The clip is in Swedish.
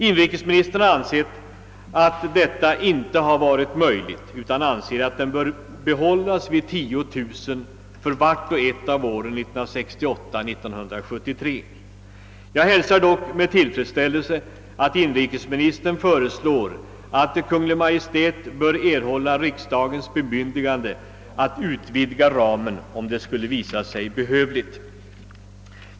Inrikesministern har ansett att detta inte skulle vara möjligt, utan att ramen bör bibehållas vid 10 000 lägenheter för vart och ett av åren 1968—1973. Jag hälsar dock med tillfredsställelse att inrikesministern föreslår att Kungl. Maj:t bör erhålla riksdagens bemyndigande att utvidga ramen, om detta skulle visa sig behövligt.